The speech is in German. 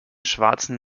schwarzen